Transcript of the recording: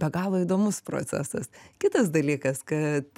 be galo įdomus procesas kitas dalykas kad